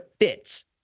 fits